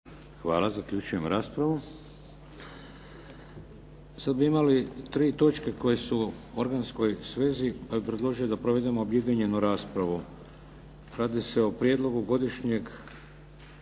**Šeks, Vladimir (HDZ)** Sad bi imali tri točke koje su u organskoj svezi pa bi predložio da provedemo objedinjenu raspravu. Radi se o Prijedlogu godišnjeg